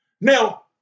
Now